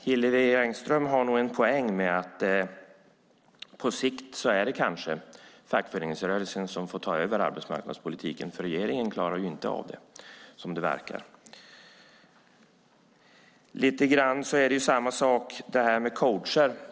Hillevi Engström har nog en poäng med att det på sikt kanske är fackföreningsrörelsen som får ta över arbetsmarknadspolitiken eftersom det verkar som att regeringen inte klarar av den. Lite grann är det samma sak i fråga om coacher.